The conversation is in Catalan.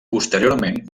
posteriorment